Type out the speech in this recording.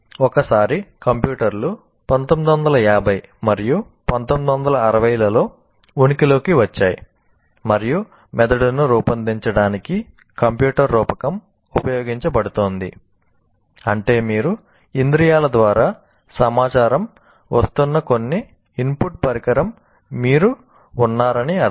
ఒకసారి కంప్యూటర్లు 1950 మరియు 1960 లలో ఉనికిలోకి వచ్చాయి మరియు మెదడును రూపొందించడానికి కంప్యూటర్ రూపకం ఉపయోగించబడుతోంది అంటే మీరు ఇంద్రియాల ద్వారా సమాచారం వస్తున్న కొన్ని ఇన్పుట్ పరికరం మీరు ఉన్నారని అర్థం